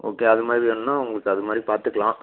okay அது மாதிரி வேணுனா உங்களுக்கு அது மாதிரி பார்த்துக்கலாம்